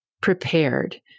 prepared